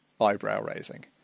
eyebrow-raising